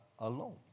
Alone